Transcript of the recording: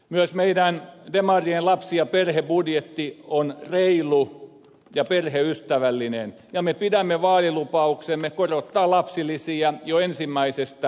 myös meidän demarien lapsi ja perhebudjetti on reilu ja perheystävällinen ja me pidämme vaalilupauksemme korottaa lapsilisiä jo ensimmäisestä lapsesta